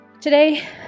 today